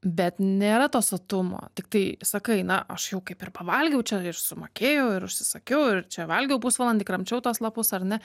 bet nėra to sotumo tiktai sakai na aš jau kaip ir pavalgiau čia ir sumokėjau ir užsisakiau ir čia valgiau pusvalandį kramčiau tuos lapus ar ne